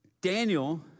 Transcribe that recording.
Daniel